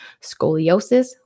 scoliosis